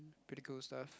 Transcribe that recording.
pretty cool stuff